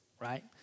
right